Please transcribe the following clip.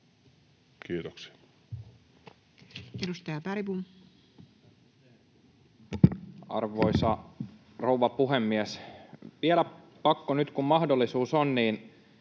Kiitoksia. Edustaja Bergbom. Arvoisa rouva puhemies! Vielä on pakko, nyt kun mahdollisuus on, puhua